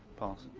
pulse.